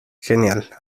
genial